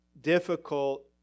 difficult